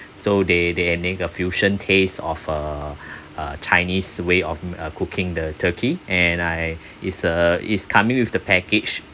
so they they made a fusion taste of uh uh chinese way of m~ uh cooking the turkey and I it's uh it's coming with the package